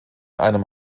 einen